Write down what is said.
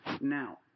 Now